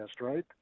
right